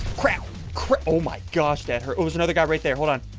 crap crap. oh my gosh that hurt. it was another guy right there. hold on